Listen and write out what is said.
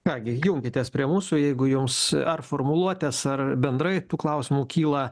ką gi junkitės prie mūsų jeigu jums ar formuluotės ar bendrai tų klausimų kyla